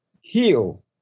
heal